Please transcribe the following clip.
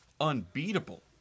unbeatable